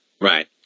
Right